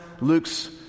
Luke's